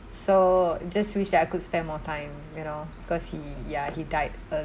so just wish that I could spend more time you know because he yeah he died early